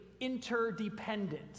interdependent